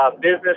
business